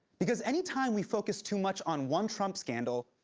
because anytime we focus too much on one trump scandal,